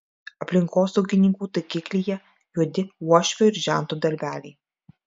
aplinkosaugininkų taikiklyje juodi uošvio ir žento darbeliai